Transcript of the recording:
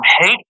hate